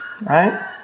right